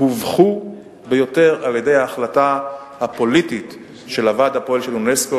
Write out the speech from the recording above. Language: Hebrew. הובכו ביותר על-ידי ההחלטה הפוליטית של הוועד הפועל של אונסק"ו,